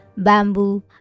bamboo